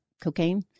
cocaine